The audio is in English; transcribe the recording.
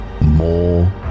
More